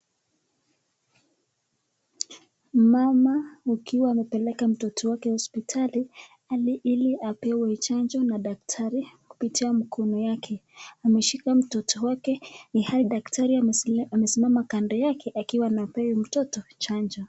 Mama akiwa amepeleka mtoto wake hospitali, alipewe chanjo na daktari kupitia mkono yake. Ameshika mtoto wake, ilhali daktari amesimama kando yake, akiwa anampa mtoto chanjo.